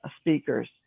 speakers